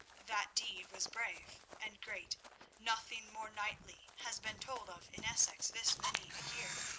that deed was brave and great nothing more knightly has been told of in essex this many a year,